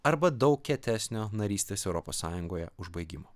arba daug kietesnio narystės europos sąjungoje užbaigimo